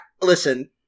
listen